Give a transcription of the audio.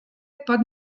pot